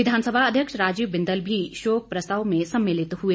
विधानसभा अध्यक्ष राजीव बिंदल भी शोक प्रस्ताव में सम्मिलत हुए